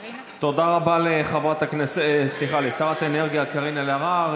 תודה רבה לשרת האנרגיה קארין אלהרר.